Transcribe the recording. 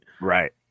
Right